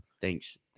Thanks